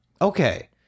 Okay